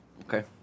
Okay